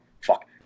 fuck